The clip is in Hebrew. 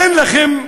אין לכם,